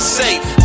safe